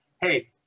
Hey